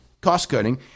cost-cutting